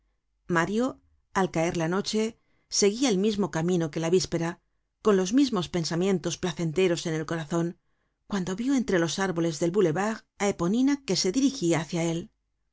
mario al caer la noche seguia el mismo camino que la víspera con los mismos pensamientos placenteros en el corazon cuando vió entre los árboles del boulevard á eponina que se dirigia hácia él